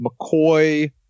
McCoy